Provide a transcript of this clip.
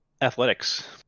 athletics